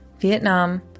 Vietnam